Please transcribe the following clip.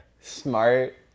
Smart